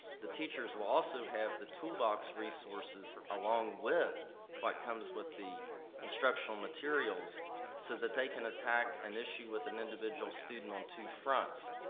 the teachers will also have the toolbox resources along with what comes with the instructional materials so that they can attack an issue with an individual student on two fronts.